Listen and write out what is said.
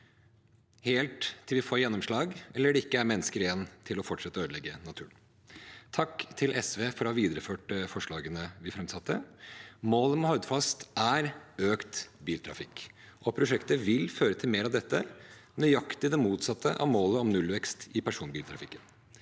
helt til vi får gjennomslag, eller det ikke er mennesker igjen til å fortsette å ødelegge naturen. Takk til SV for å ha videreført forslagene vi framsatte. Målet med Hordfast er økt biltrafikk, og prosjektet vil føre til mer av dette – nøyaktig det motsatte av målet om nullvekst i personbiltrafikken.